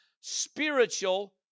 spiritual